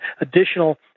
additional